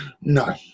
No